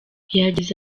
yagize